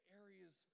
areas